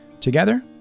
Together